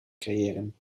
creëren